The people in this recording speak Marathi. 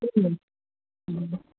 तेच अन हो